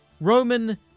Roman